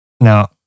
Now